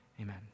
Amen